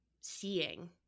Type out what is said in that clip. seeing